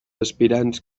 aspirants